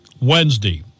Wednesday